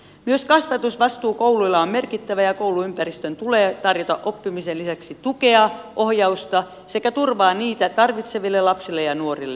myös kasvatusvastuu kouluilla on merkittävä ja kouluympäristön tulee tarjota oppimisen lisäksi tukea ohjausta sekä turvaa niitä tarvitseville lapsille ja nuorille